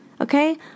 okay